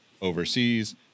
overseas